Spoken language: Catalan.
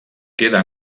queda